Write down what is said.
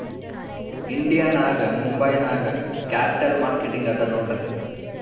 India ನಾಗ್ ಮುಂಬೈ ನಾಗ್ capital market ಅದಾ ನೋಡ್ರಿ